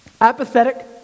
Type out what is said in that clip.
Apathetic